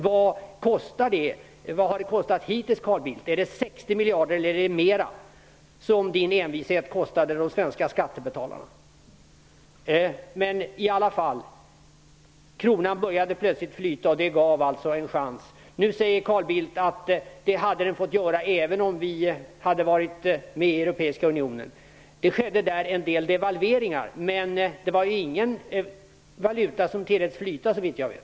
Vad har detta kostat hittills, Carl Bildt? Är det 60 miljarder eller är det mera som Carl Bildts envishet kostade de svenska skattebetalarna? Kronan började i alla fall plötsligt flyta, och det gav en chans. Nu säger Carl Bildt att det hade den fått göra även om vi hade varit med i Europeiska unionen. Det skedde där en del devalveringar, men det var ingen valuta som tilläts flyta så vitt jag vet.